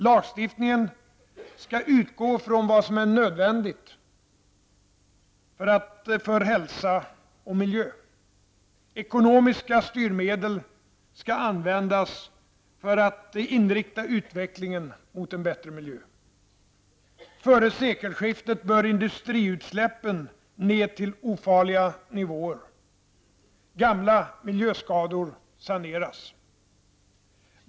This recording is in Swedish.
Lagstiftningen skall utgå ifrån vad som är nödvändigt för hälsa och miljö. Ekonomiska styrmedel skall användas för att inrikta utvecklingen mot en bättre miljö. Före sekelskiftet bör industriutsläppen ned till ofarliga nivåer. Gamla miljöskador saneras.